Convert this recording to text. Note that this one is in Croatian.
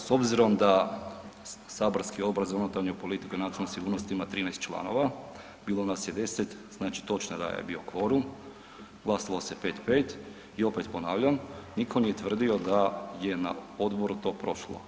Da, s obzirom da saborski Odbor za unutarnju politiku i nacionalnu sigurnost ima 13 članova, bilo nas je 10 znači točno je da je bio kvorum, glasalo se 5:5 i opet ponavljam nitko nije tvrdio da je to na odboru prošlo.